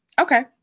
Okay